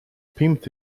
pimped